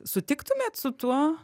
sutiktumėt su tuo